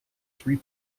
three